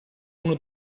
uno